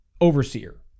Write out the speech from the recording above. overseer